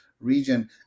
region